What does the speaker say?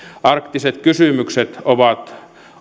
arktiset kysymykset ovat